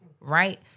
right